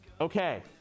Okay